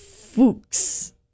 Fuchs